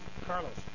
carlos